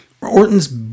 Orton's